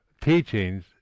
teachings